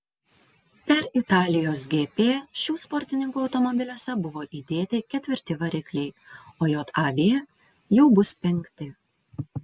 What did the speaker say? per italijos gp šių sportininkų automobiliuose buvo įdėti ketvirti varikliai o jav jau bus penkti